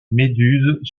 méduse